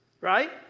Right